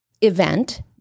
event